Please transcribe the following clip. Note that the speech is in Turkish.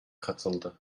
katıldı